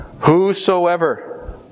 Whosoever